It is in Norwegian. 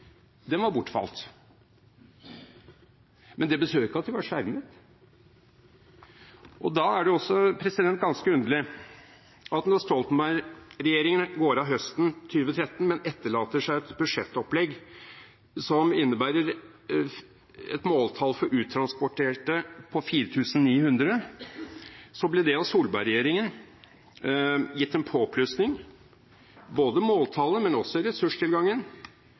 den gruppen, var bortfalt. Men det betydde ikke at de var skjermet. Da er det også ganske underlig: Da Stoltenberg-regjeringen gikk av høsten 2013 og etterlot seg et budsjettopplegg som innebar et måltall for uttransporterte på 4 900, ble det av Solberg-regjeringen gitt en påplussing når det gjaldt både måltallet – til 6 700 uttransporteringer – og ressurstilgangen.